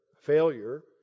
failure